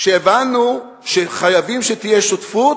הבנו שחייבים שתהיה שותפות,